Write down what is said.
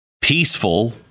peaceful